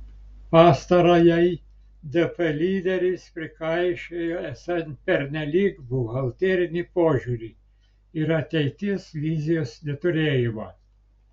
pastarajai dp lyderis prikaišiojo esą pernelyg buhalterinį požiūrį ir ateities vizijos neturėjimą